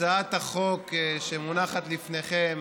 הצעת החוק שמונחת לפניכם